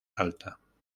alta